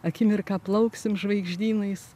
akimirką plauksim žvaigždynais